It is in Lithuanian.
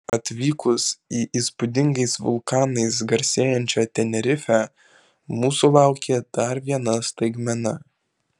atvykus į įspūdingais vulkanais garsėjančią tenerifę mūsų laukė dar viena staigmena